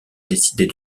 décider